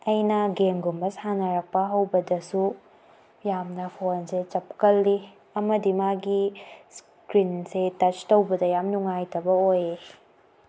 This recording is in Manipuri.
ꯑꯩꯅ ꯒꯦꯝꯒꯨꯝꯕ ꯁꯥꯟꯅꯔꯛꯄ ꯍꯧꯕꯗꯁꯨ ꯌꯥꯝꯅ ꯐꯣꯟꯁꯦ ꯆꯞꯀꯜꯂꯤ ꯑꯃꯗꯤ ꯃꯥꯒꯤ ꯏꯁꯀꯔꯤꯟꯁꯦ ꯇꯆ ꯇꯧꯕꯗ ꯌꯥꯝ ꯅꯨꯡꯉꯥꯏꯇꯕ ꯑꯣꯏꯌꯦ